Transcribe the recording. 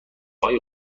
های